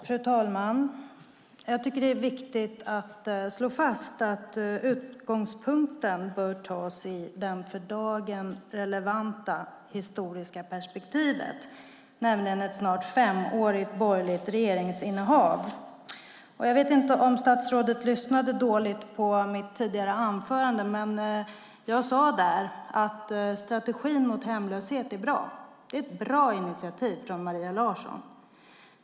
Fru talman! Jag tycker att det är viktigt att slå fast att utgångspunkten bör vara det för dagen relevanta historiska perspektivet, nämligen ett snart femårigt borgerligt regeringsinnehav. Jag vet inte om statsrådet lyssnade dåligt på mitt tidigare anförande. Jag sade där att strategin mot hemlöshet är bra. Det är ett bra initiativ från Maria Larsson.